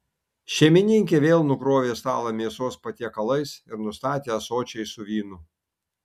šeimininkė vėl nukrovė stalą mėsos patiekalais ir nustatė ąsočiais su vynu